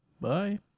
Bye